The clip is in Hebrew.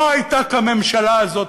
לא הייתה כממשלה הזאת.